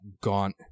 gaunt